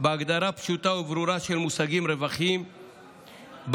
בהגדרה פשוטה וברורה של מושגים רווחים בחקיקה.